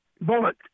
Bullet